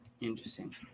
Interesting